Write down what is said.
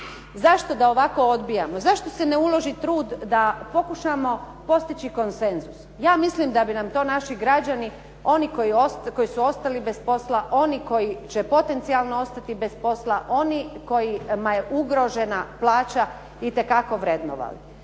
Zašto da ovako odbijamo? Zašto se ne uloži trud da pokušamo postići konsenzus? Ja mislim da bi nam to naši građani, oni koji su ostali bez posla, oni koji će potencijalno ostati bez posla, oni kojima je ugrožena plaća itekako vrednovali.